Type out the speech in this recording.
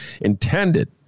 intended